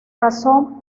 razón